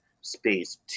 Space